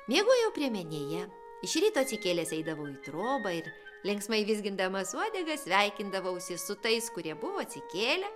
miegojau priemenėje iš ryto atsikėlęs eidavau į trobą ir linksmai vizgindamas uodegą sveikindavausi su tais kurie buvo atsikėlę